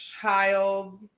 child